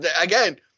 again